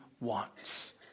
wants